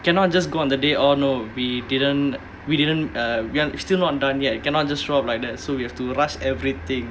cannot just go on the day orh no we didn't we didn't uh we are still not done yet you cannot just show up like that so we have to rush everything